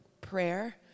prayer